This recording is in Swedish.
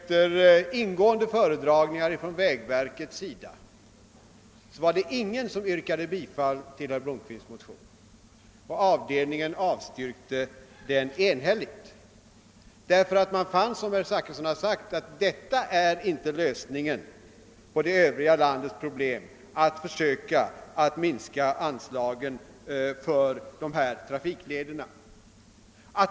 ter ingående föredragningar från vägverkets sida, var det ingen som yrkade bifall till herr Blomkvists motion. Avdelningen avstyrkte den enhälligt därför att man, som herr Zachrisson har sagt, fann att det inte är någon lösning på det övriga landets problem att försöka minska anslagen till dessa trafikleder.